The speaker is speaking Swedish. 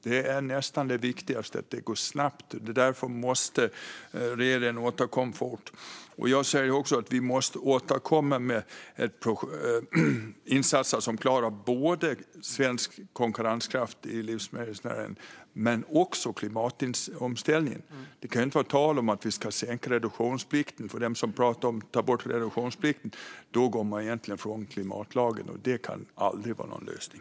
Det är nästan det viktigaste - att det går snabbt. Därför måste regeringen återkomma fort. Jag ser också att vi måste återkomma med insatser som gör att vi klarar svensk konkurrenskraft i livsmedelsnäringen men också klimatomställningen. Det kan inte vara tal om att vi ska sänka reduktionsplikten. Tar man bort reduktionsplikten går man egentligen ifrån klimatlagen, och det kan aldrig vara någon lösning.